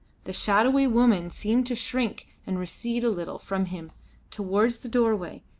the shadowy woman seemed to shrink and recede a little from him towards the doorway,